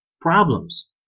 problems